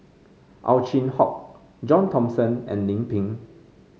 Ow Chin Hock John Thomson and Lim Pin